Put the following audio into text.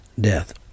death